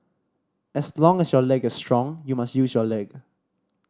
as long as your leg is strong you must use your leg